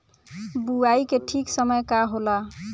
बुआई के ठीक समय का होला?